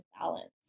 balance